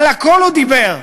על הכול הוא דיבר,